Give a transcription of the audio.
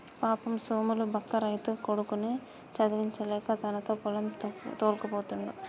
పాపం సోములు బక్క రైతు కొడుకుని చదివించలేక తనతో పొలం తోల్కపోతుండు